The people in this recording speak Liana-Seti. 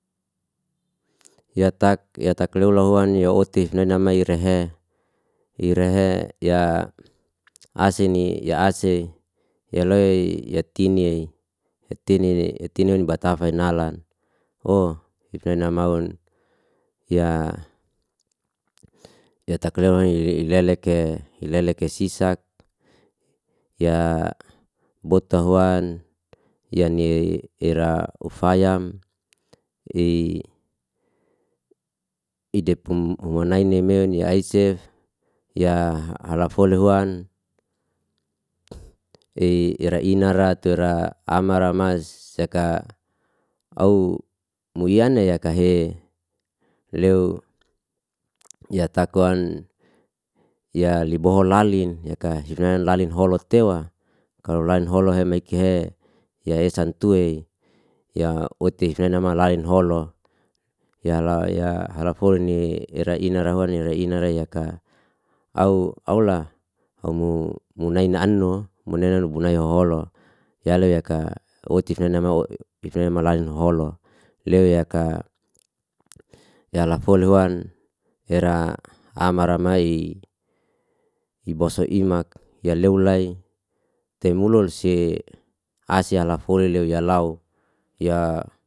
Ya tak ya tak lew lahuan, ya otif nainama irehe irehe, ya asini, ya ase, ya loe, ya tini, ya tini, ya tini, batafai nalan. Oh ifnaina maun. Ya- ya tak lew i- ileleke, ileleke sisak, ya botahuan, ya nei ira ufayam, ei idepum wonaini meun, ya aisef, ya alafoli huan, ei irainarat. tura amara mas, seka, aw muyana yakahe, lew ya takwan, ya liboholalin, yaka ifnanin lalin holo tewa, holo lalin holohemekehe, ya esan tuwey ya otif ifnainna lalin holo, yala ya halafoli ni irainarat huan ira inarat yaka au aula am munai anno, munai bunai holo, yalo yaka otif ifnainama hoholo, lew yaka ya lafolu huan, era amara may, ibosuimak, ya lew lay, lemulus sei'as ya lafoli yeu ya law, ya.